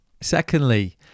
Secondly